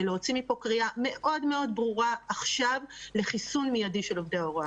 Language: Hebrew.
ולהוציא מפה קריאה מאוד מאוד ברורה עכשיו לחיסון מיידי של עובדי ההוראה.